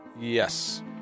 yes